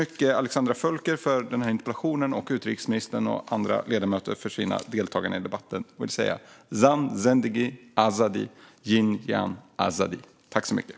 Jag tackar Alexandra Völker för interpellationen och övriga ledamöter och utrikesministern för deltagandet i debatten och avslutar med att säga: Zan, zendegi, azadi! Jin, jiyan, azadi!